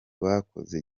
bakoze